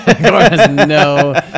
No